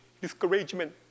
discouragement